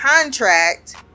contract